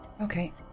Okay